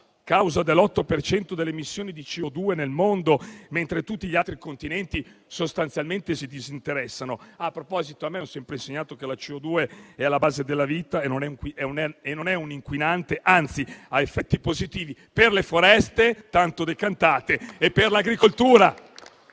causa dell'8 per cento delle emissioni di CO₂ nel mondo, mentre tutti gli altri continenti sostanzialmente se ne disinteressano. A proposito, a me hanno sempre insegnato che la CO₂ è alla base della vita, non è un inquinante e, anzi, ha effetti positivi per le foreste tanto decantate e per l'agricoltura.